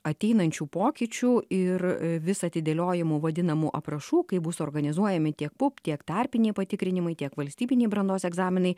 ateinančių pokyčių ir vis atidėliojimų vadinamų aprašų kaip bus organizuojami tiek pup tiek tarpiniai patikrinimai tiek valstybiniai brandos egzaminai